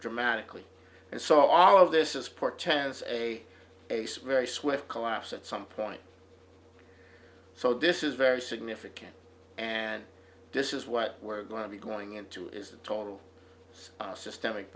dramatically and so all of this is portends a base very swift collapse at some point so this is very significant and this is what we're going to be going into is a total systemic